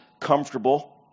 comfortable